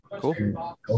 Cool